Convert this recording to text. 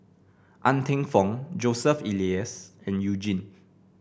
Ng Teng Fong Joseph Elias and You Jin